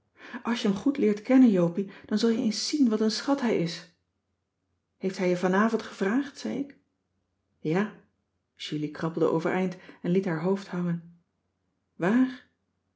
als je hem goed leert kennen jopie dan zul je eens zien wat een schat hij is heeft hij je vanavond gevraagd zei ik ja julie krabbelde overeind en liet haar hoofd hangen waar